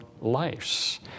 lives